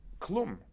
klum